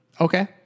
Okay